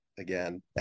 Again